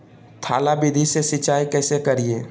थाला विधि से सिंचाई कैसे करीये?